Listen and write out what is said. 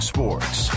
Sports